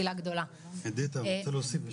עידית אני רוצה להוסיף,